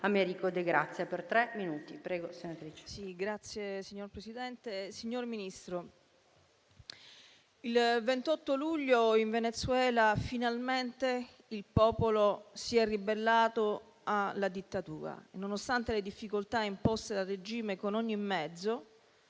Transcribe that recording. il 28 luglio in Venezuela finalmente il popolo si è ribellato alla dittatura e, nonostante le difficoltà imposte dal regime con ogni mezzo